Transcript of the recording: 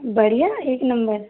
बढ़िया एक नंबर